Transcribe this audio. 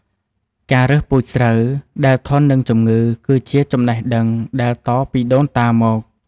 ការរើសពូជស្រូវដែលធន់នឹងជំងឺ គឺជាចំណេះដឹងដែលតពីដូនតាមក។